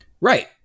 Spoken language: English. Right